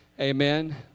Amen